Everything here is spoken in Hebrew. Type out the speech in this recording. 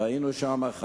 ראינו שם,